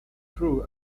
crew